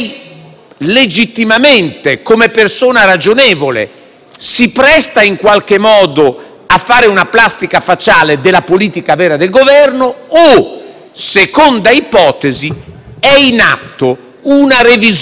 a fare una plastica facciale della politica vera del Governo o - seconda ipotesi - è in atto una revisione, che personalmente mi sentirei di auspicare, della politica europea del Governo.